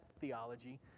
theology